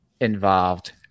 involved